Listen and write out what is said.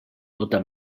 tota